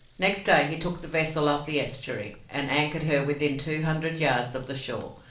next day he took the vessel up the estuary, and anchored her within two hundred yards of the shore,